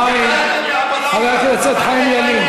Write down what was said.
חבר הכנסת חיים ילין.